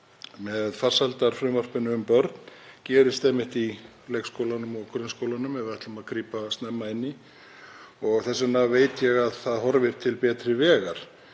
með farsældarfrumvarpinu um börn gerist einmitt í leikskólunum og grunnskólunum ef við ætlum að grípa snemma inn í og þess vegna veit ég að það horfir til betri vegar.